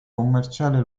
commerciale